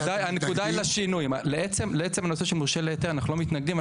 הנקודה היא לשינוי .לעצם הנושא של מורשה להיתר אנחנו לא מתנגדים,